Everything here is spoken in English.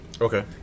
Okay